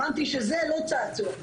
הבנתי שזה לא צעצוע.